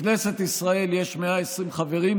בכנסת ישראל יש 120 חברים,